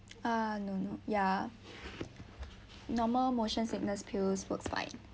uh no no ya normal motion sickness pills works fine